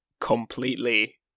completely